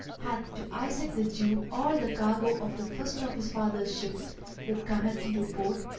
hath to isaac the jew all the cargo of the first of his father's ships which cometh into port,